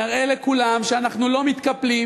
נראה לכולם שאנחנו לא מתקפלים.